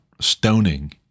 stoning